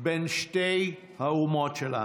בין שתי האומות שלנו.